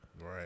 right